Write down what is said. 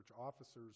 officers